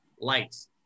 lights